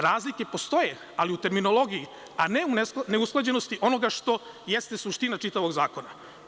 Razlike postoje ali u terminologiji, a ne u neusklađenosti onoga što jeste suština čitavog zakona.